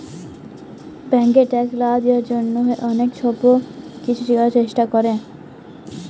ব্যাংকে ট্যাক্স লা দিবার জ্যনহে অলেক ছব কিছু ক্যরার চেষ্টা ক্যরে